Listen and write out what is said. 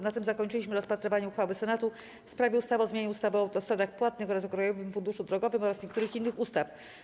Na tym zakończyliśmy rozpatrywanie uchwały Senatu w sprawie ustawy o zmianie ustawy o autostradach płatnych oraz o Krajowym Funduszu Drogowym oraz niektórych innych ustaw.